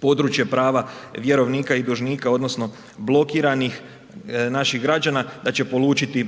područje prava vjerovnika i dužnika odnosno blokiranih naših građana, da će polučiti